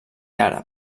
àrab